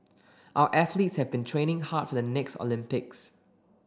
our athlete have been training hard for the next Olympics